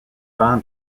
fin